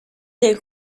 del